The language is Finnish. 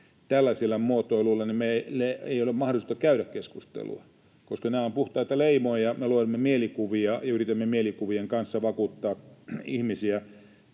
tällaisilla muotoiluilla, niin meillä ei ole mahdollisuutta käydä keskustelua, koska nämä ovat puhtaita leimoja, me luomme mielikuvia ja yritämme mielikuvien kanssa vakuuttaa ihmisiä.